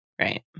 Right